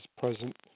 present